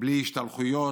בלי השתלחויות,